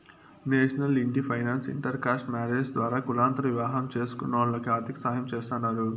national ఇంటి finance inter caste marriages ద్వారా కులాంతర వివాహం చేస్కునోల్లకి ఆర్థికసాయం చేస్తాండారు